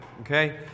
Okay